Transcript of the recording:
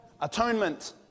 atonement